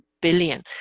billion